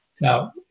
Now